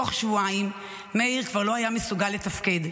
בתוך שבועיים מאיר כבר לא היה מסוגל לתפקד.